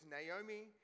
Naomi